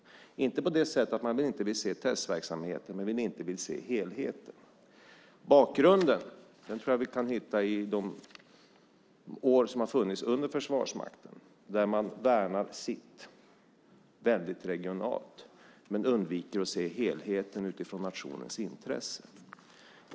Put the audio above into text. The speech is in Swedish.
Det är inte på det sättet att man inte vill se testverksamheten, men man vill inte se helheten. Bakgrunden tror jag att vi kan hitta under åren i Försvarsmakten, där man värnar sitt väldigt regionalt men undviker att se helheten utifrån nationens intresse.